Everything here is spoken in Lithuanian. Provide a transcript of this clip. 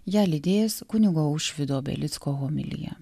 ją lydės kunigo aušvydo belicko homilija